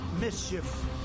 mischief